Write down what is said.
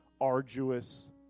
arduous